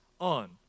on